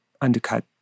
undercut